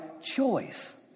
choice